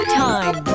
time